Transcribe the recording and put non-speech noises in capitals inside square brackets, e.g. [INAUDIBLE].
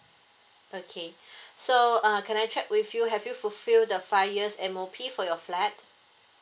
okay [BREATH] so uh can I check with you have you fulfil the five years M O P for your flat